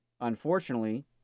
Unfortunately